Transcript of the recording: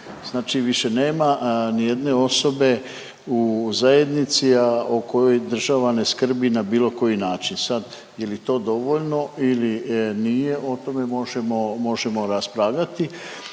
Znači više nema nijedne osobe u zajednici, a o kojoj država ne skrbi na bilo koji način. Sad, je li to dovoljno ili nije, o tome možemo raspravljati